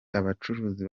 abacuruzi